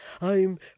I'm